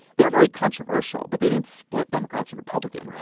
they're very controversial, but they didn't split democrats and republicans,